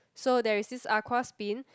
so there is this aqua spin